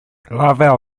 larval